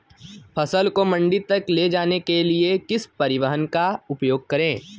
फसल को मंडी तक ले जाने के लिए किस परिवहन का उपयोग करें?